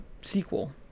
sequel